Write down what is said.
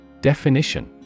Definition